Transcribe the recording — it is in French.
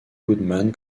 goodman